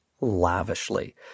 lavishly